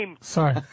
Sorry